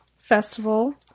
festival